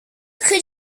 could